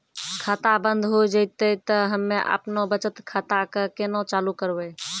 खाता बंद हो जैतै तऽ हम्मे आपनौ बचत खाता कऽ केना चालू करवै?